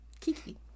Kiki